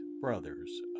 brothers